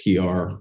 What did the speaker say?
PR